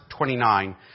29